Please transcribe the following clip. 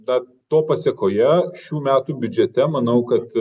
tad to pasekoje šių metų biudžete manau kad